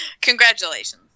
Congratulations